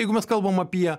jeigu mes kalbam apie